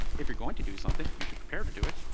if you're going to do something, you should prepare to do it,